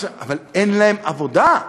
אבל אין להם עבודה.